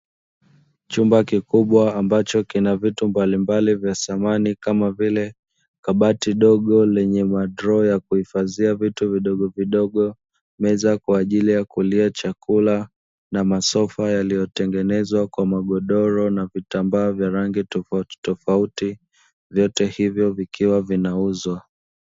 Chumba kikubwa, ambacho kina vitu mbalimbali vya samani, kama vile; kabati dogo lenye madroo ya kuhifadhia vitu vidogovidogo, meza kwa ajili ya kulia chakula, na masofa yaliyotengenezwa kwa magodoro na vitambaa vya rangi tofautitofauti, vyote hivyo vikiwa vinauzwa.